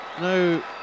No